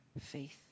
faith